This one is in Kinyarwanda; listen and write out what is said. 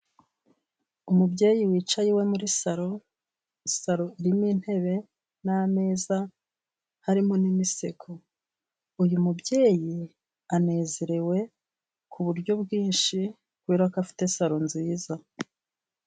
Umubyeyi wicaye iwe muri saro, saro irimo intebe n'ameza harimo n'imisego, uyu mubyeyi anezerewe ku buryo bwinshi kubera ko afite saro nziza.